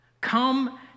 come